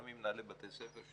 גם ממנהלי בתי ספר,